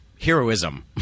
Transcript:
heroism